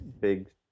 big